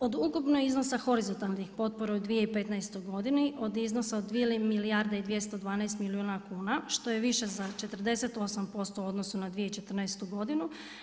Od ukupnog iznosa horizontalnih potpora u 2015. godini od iznosa od 2 milijarde i 212 milijuna kuna što je više za 48% u odnosu na 2014. godinu.